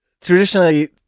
Traditionally